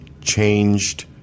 changed